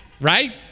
right